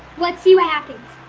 let's see what happens!